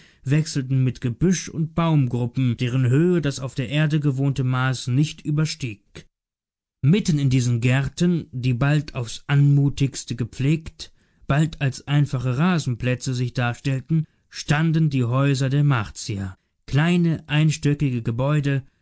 wechselten mit gebüsch und baumgruppen deren höhe das auf der erde gewohnte maß nicht überstieg mitten in diesen gärten die bald aufs anmutigste gepflegt bald als einfache rasenplätze sich darstellten standen die häuser der martier kleine einstöckige gebäude